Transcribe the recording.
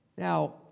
Now